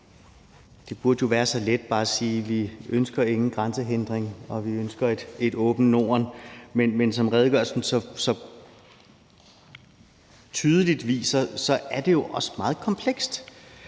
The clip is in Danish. det burde være så let bare at sige, at vi ikke ønsker nogen grænsehindringer, og at vi ønsker et åbent Norden, men som redegørelsen så tydeligt viser, er det jo også meget komplekst.